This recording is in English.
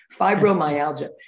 fibromyalgia